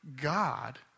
God